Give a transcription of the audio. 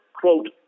quote